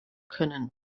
können